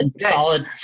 solid